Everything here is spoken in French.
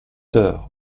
heures